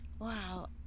Wow